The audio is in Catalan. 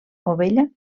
ovella